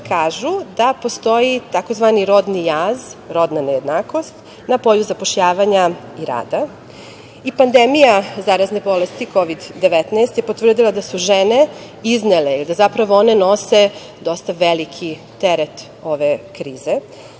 kažu da postoji tzv. rodni jaz, rodna nejednakost na polju zapošljavanja i rada i pandemija zarazne bolesti Kovid 19 je potvrdila da su žene iznele, da zapravo one nose dosta veliki teret ove krize,